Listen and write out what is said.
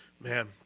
Man